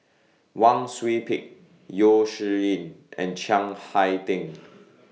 Wang Sui Pick Yeo Shih Yun and Chiang Hai Ding